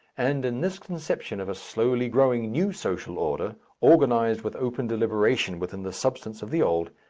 and in this conception of a slowly growing new social order organized with open deliberation within the substance of the old,